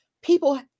People